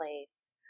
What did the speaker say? place